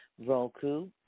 Roku